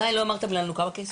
עדיין לא אמרתם לנו כמה כסף.